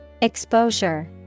exposure